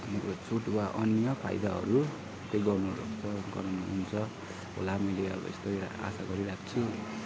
तपाईँको छुट वा अन्य फाइदाहरू त्यही गर्नुहुन्छ गराउनुहुन्छ होला मैले अब मैले यस्तो एउटा अब आशा गरिरहेको छु